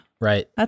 Right